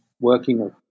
working